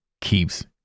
keeps